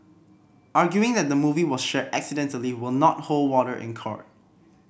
arguing that the movie was shared accidentally will not hold water in court